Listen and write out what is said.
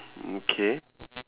mm K